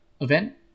Event